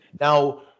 Now